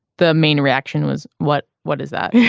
the main reaction was what what is that.